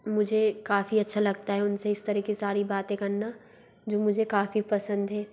मुझे काफ़ी अच्छा लगता है उनसे इस तरीके सारी बातें करना जो मुझे काफ़ी पसंद है